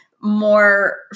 more